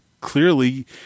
clearly